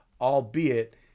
albeit